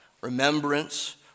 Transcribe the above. remembrance